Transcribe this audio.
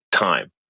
Time